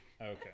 Okay